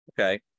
Okay